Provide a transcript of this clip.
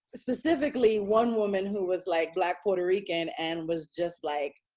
specifically one woman who was like black puerto rican and was just like,